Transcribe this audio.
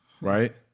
right